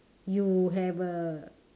you have a